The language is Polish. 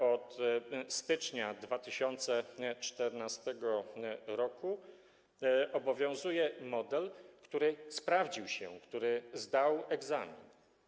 Od stycznia 2014 r. obowiązuje model, który się sprawdził, który zdał egzamin.